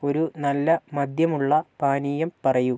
ഒരു നല്ല മദ്യമുള്ള പാനീയം പറയൂ